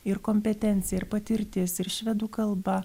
ir kompetencija ir patirtis ir švedų kalba